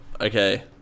Okay